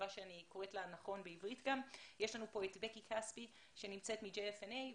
נמצאת אתנו בקי כספי מ-JNFA.